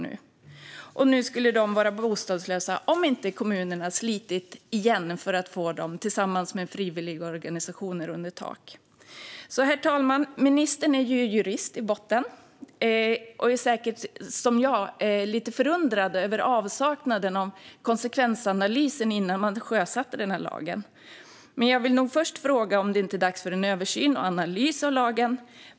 Ungdomarna skulle vara bostadslösa om inte kommunerna tillsammans med frivilligorganisationer återigen hade slitit för att få dem under tak. Herr talman! Ministern är jurist i botten och är säkert, som jag, lite förundrad över avsaknaden av konsekvensanalys innan lagen sjösattes. Jag vill fråga: Är det inte dags för en översyn och analys av lagen?